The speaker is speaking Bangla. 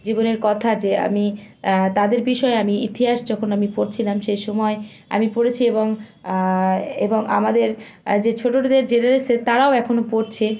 জীবনের কথা যে আমি তাদের বিষয়ে আমি ইতিহাস যখন আমি পড়ছিলাম সেই সময়ে আমি পড়েছি এবং এবং আমাদের যে ছোটোদের জেনারেশান তারাও এখনো পড়ছে